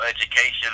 Education